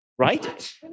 right